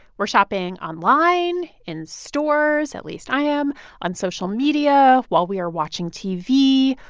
we're shopping online, in stores at least i am on social media, while we are watching tv,